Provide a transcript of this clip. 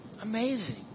Amazing